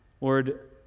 Lord